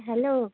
hello